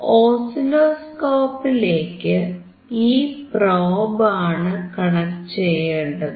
ഓസിലോസ്കോപ്പിലേക്ക് ഈ പ്രോബ് ആണ് കണക്ട് ചെയ്യേണ്ടത്